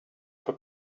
for